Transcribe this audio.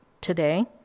today